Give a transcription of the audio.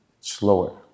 slower